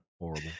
horrible